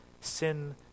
sin